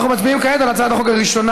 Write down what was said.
אנחנו מצביעים כעת על הצעת החוק הראשונה,